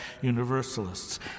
Universalists